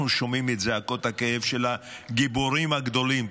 אנחנו שומעים את זעקות הכאב של הגיבורים הגדולים.